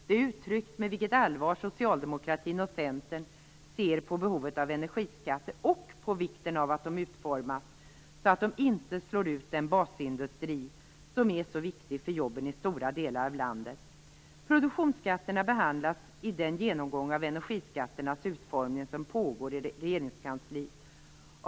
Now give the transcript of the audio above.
Det är ett uttryck för det allvar med vilket Socialdemokraterna och Centern ser på behovet av energiskatter, och på vikten av att de utformas så att de inte slår ut den basindustri som är så viktig för jobben i stora delar av landet. Produktionsskatterna behandlas i den genomgång av energiskatternas utformning som pågår i Regeringskansliet.